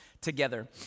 together